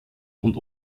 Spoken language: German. und